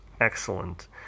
excellent